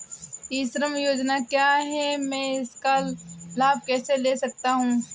ई श्रम योजना क्या है मैं इसका लाभ कैसे ले सकता हूँ?